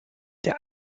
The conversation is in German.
der